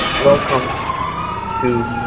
welcome to